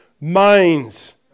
minds